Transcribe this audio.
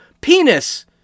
penis